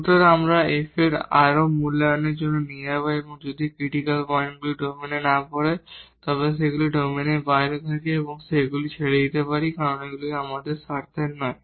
সুতরাং আমরা সেগুলিকে f এর আরও মূল্যায়নের জন্য নিয়ে যাব যদি ক্রিটিকাল পয়েন্টগুলি ডোমেইনে না পড়ে তবে সেগুলি ডোমেইনের বাইরে থাকে তবে আমরা সেগুলি ছেড়ে দিতে পারি কারণ এটি আমাদের লক্ষ্য নয়